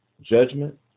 judgment